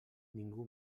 ningú